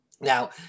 Now